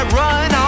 run